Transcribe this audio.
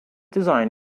design